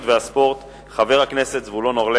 לחברי הכנסת שאישרו,